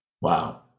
Wow